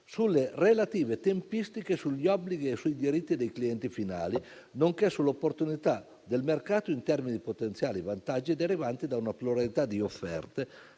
sulle relative tempistiche, sugli obblighi e sui diritti dei clienti finali, nonché sulle opportunità del mercato in termini di potenziali vantaggi derivanti da una pluralità di offerte